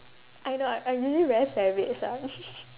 I know I'm really very savage ah